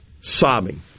sobbing